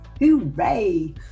Hooray